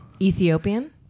Ethiopian